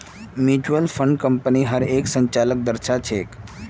mutual fund कम्पनीर हर एक संचालनक दर्शा छेक